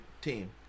team